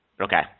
Okay